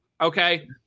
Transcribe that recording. Okay